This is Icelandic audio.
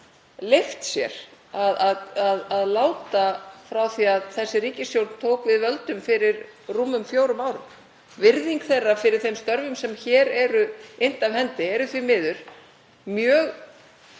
leyft sér að láta frá því að þessi ríkisstjórn tók við völdum fyrir rúmum fjórum árum. Virðing þeirra fyrir þeim störfum sem hér eru innt af hendi er því miður mjög